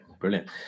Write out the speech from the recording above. Brilliant